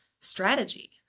strategy